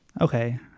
Okay